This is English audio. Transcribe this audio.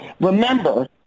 Remember